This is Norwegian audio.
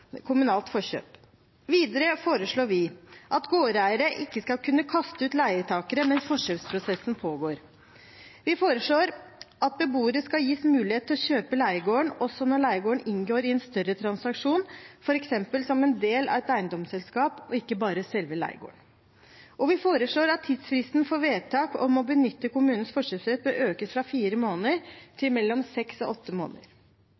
kommunalt forkjøp. Videre foreslår vi at gårdeiere ikke skal kunne kaste ut leietakere mens forkjøpsprosessen pågår. Vi foreslår at beboere skal gis mulighet til å kjøpe leiegården også når leiegården inngår i en større transaksjon, f.eks. som en del av et eiendomsselskap, og ikke bare selve leiegården. Vi foreslår at tidsfristen for vedtak om å benytte kommunens forkjøpsrett bør økes fra fire måneder til mellom seks og åtte måneder.